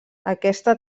aquesta